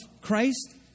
Christ